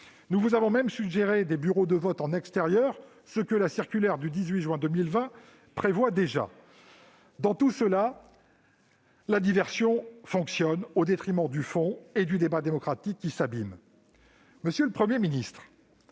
Nous vous avons même suggéré des bureaux de vote en extérieur, ce que la circulaire du 18 juin 2020 prévoit déjà. Dans tout cela, la diversion fonctionne, au détriment du fond et du débat démocratique qui s'abîme. Monsieur le Premier ministre,